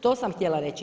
To sam htjela reći.